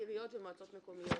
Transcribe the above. עיריות ומועצות מקומיות,